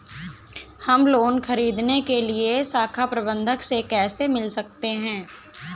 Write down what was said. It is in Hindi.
हम लोन ख़रीदने के लिए शाखा प्रबंधक से कैसे मिल सकते हैं?